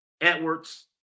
Edwards